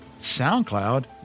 SoundCloud